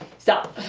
sup.